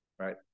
Right